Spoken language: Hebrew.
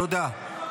תודה.